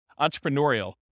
Entrepreneurial